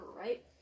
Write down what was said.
right